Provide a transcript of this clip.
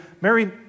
Mary